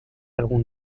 algún